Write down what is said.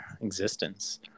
existence